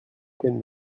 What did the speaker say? qu’elle